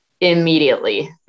immediately